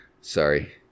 Sorry